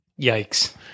Yikes